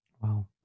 Wow